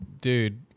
dude